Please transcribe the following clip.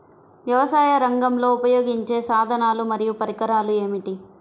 వ్యవసాయరంగంలో ఉపయోగించే సాధనాలు మరియు పరికరాలు ఏమిటీ?